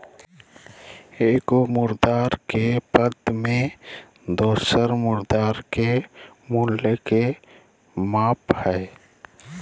एगो मुद्रा के पद में दोसर मुद्रा के मूल्य के माप हइ